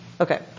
Okay